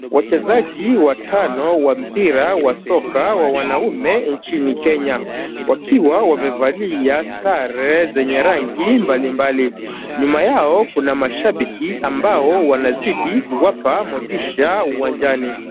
Wachezaji watano wa mpira wa soka ya wanaume nchini Kenya, wakiwa wamevalia sare zenye rangi mbalimbali. Nyuma yao kuna mashabiki ambao wanazidi kuwapa motisha uwanjani.